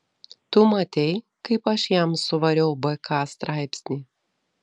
tu matei kaip aš jam suvariau bk straipsnį